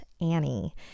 Annie